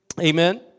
Amen